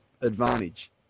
advantage